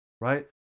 right